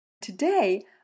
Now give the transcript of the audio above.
Today